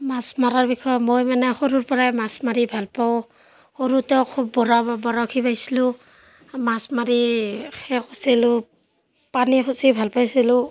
মাছ মৰাৰ বিষয়ে মই মানে সৰুৰ পৰাই মাছ মাৰি ভাল পাওঁ সৰুতে খুব বৰহ বৰশী বাইছিলোঁ মাছ মাৰি সেই কৰিছিলোঁ পানী খচি ভাল পাইছিলোঁ